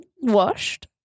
Washed